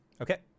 okay